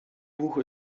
hoch